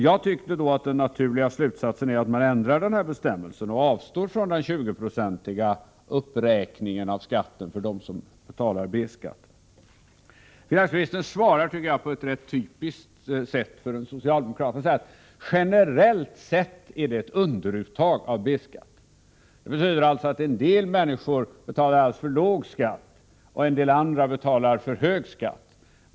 Jag tycker att den naturliga slutsatsen är att man ändrar bestämmelsen och avstår från den tjugoprocentiga uppräkningen av skatten för dem som betalar B-skatt. Finansministern svarar — tycker jag — på ett för en socialdemokrat rätt typiskt sätt. Han säger att det generellt sett är fråga om ett underuttag av B-skatten. Det skulle alltså betyda att en del människor betalar alltför låg skatt och att andra betalar för hög skatt.